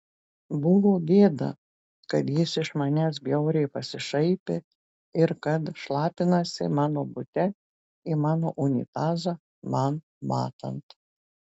buvo gėda kad jis iš manęs bjauriai pasišaipė ir kad šlapinasi mano bute į mano unitazą man matant